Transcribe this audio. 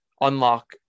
unlock